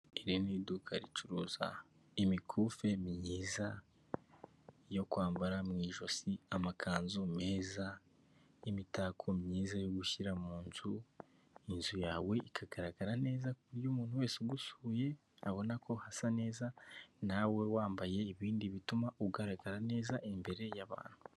Iri ni iduka ricuruza imikufi myiza yo kwambara mu ijosi, amakanzu meza ,imitako myiza yo gushyira mun nzu inzu yawe ikagaragara neza ku buryo umuntu wese ugusuye abona ko hasa neza nawe wambaye ibindi bituma ugaragara neza imbere yabantu.